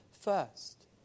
first